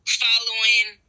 following